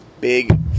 big